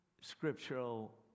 scriptural